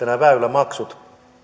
nämä väylämaksut